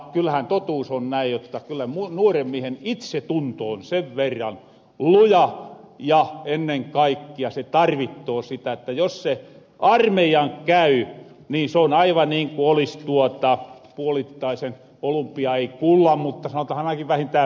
kyllähän totuus on näi jotta kyllä nuoren miehen itsetunto on sen verran luja ja ennen kaikkia se tarvittoo sitä että jos se armeijan käy niin soon aivan niin ku olis tuota puolittaisen olympia ei kullan mutta sanotahan ainaki vähintään mitallin voittanu